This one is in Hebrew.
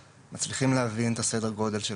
הזאת.